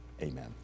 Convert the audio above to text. amen